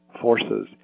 forces